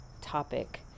topic